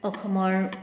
অসমৰ